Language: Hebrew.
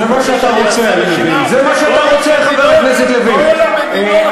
אתה רוצה, זה מה שאתה רוצה, אני מבין.